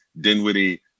dinwiddie